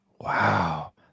Wow